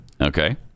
Okay